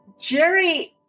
Jerry